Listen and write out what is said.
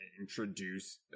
introduce